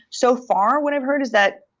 so far, what i've heard is that,